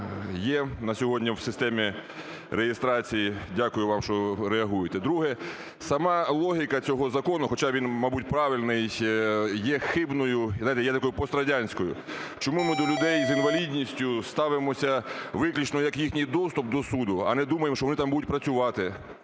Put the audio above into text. є на сьогодні в системі реєстрації. Дякую вам, що реагуєте. Друге. Сама логіка цього закону, хоча він, мабуть, правильний, є хибною і, знаєте, пострадянською. Чому ми до людей з інвалідністю ставимося виключно як їхній доступ до суду, а не думаємо, що вони там будуть працювати,